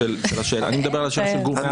אני מדבר על השאלה של גור.